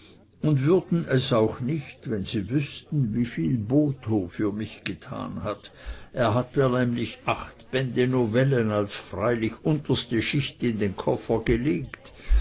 und würden es auch nicht wenn sie wüßten wieviel botho für mich getan hat er hat mir nämlich acht bände novellen als freilich unterste schicht in den koffer gelegt